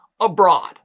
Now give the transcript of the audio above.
abroad